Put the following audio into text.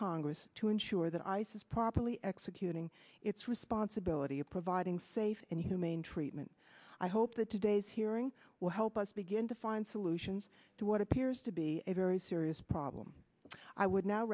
congress to ensure that ice is properly executing its responsibility of providing safe and humane treatment i hope that today's hearing will help us begin to find solutions to what appears to be a very serious problem i would no